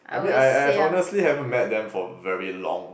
I mean I I have honestly haven't met them for very long